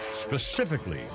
specifically